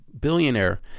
billionaire